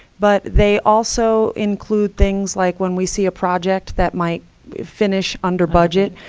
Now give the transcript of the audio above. but they also include things like when we see a project that might finish under budget.